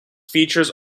features